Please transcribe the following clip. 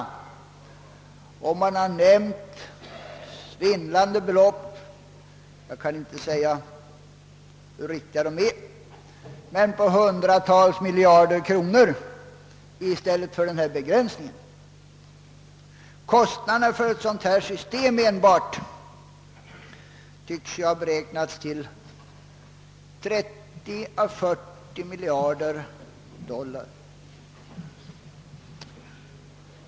Svindlande belopp har nämnts — jag kan inte säga om de är riktiga — på hundratals miljarder kronor. Kostnaderna enbart för ett sådant system tycks ha beräknats till 30 å 40 miljarder dollar.